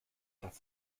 das